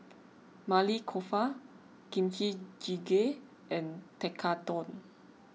Maili Kofta Kimchi Jjigae and Tekkadon